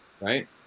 right